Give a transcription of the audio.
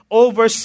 over